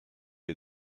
les